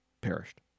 perished